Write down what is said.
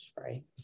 Right